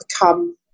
become